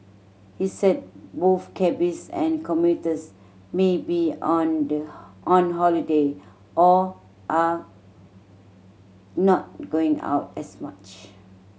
he said both cabbies and commuters may be under on holiday or are not going out as much